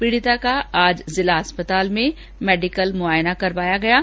पीड़िता का आज जिला अस्पताल में मेडिकल मुआयना करवाया गया है